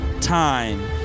time